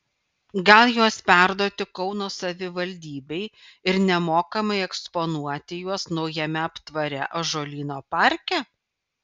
gal juos perduoti kauno savivaldybei ir nemokamai eksponuoti juos naujame aptvare ąžuolyno parke